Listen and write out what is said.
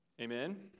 Amen